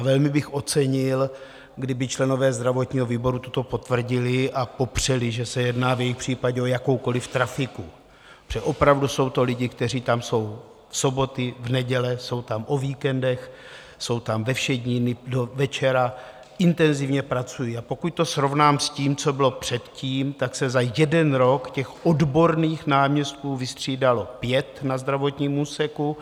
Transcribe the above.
Velmi bych ocenil, kdyby členové zdravotního výboru toto potvrdili, a popřeli, že se v jejich případě jedná o jakoukoliv trafiku, protože opravdu jsou to lidé, kteří tam jsou o soboty, o neděle, jsou tam o víkendech, jsou tam ve všední dny do večera, intenzivně pracují, a pokud to srovnám s tím, co bylo předtím, tak se za jeden rok odborných náměstků vystřídalo pět na zdravotním úseku.